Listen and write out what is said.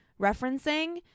referencing